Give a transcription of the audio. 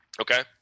Okay